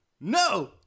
no